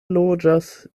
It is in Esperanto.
loĝas